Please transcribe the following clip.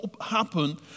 happen